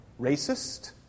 racist